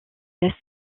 laisse